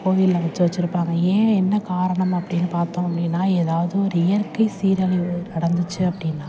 கோவிலில் வெச்சு வெச்சுருப்பாங்க ஏன் என்ன காரணம் அப்படின் பார்த்தோம் அப்படின்னா ஏதாவது ஒரு இயற்கை சீரழிவு நடந்துச்சு அப்படின்னா